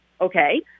okay